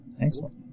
Excellent